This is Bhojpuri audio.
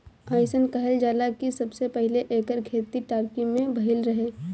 अइसन कहल जाला कि सबसे पहिले एकर खेती टर्की में भइल रहे